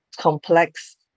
complex